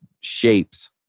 shapes